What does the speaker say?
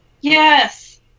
Yes